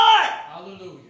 Hallelujah